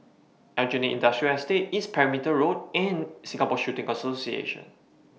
Aljunied Industrial Estate East Perimeter Road and Singapore Shooting Association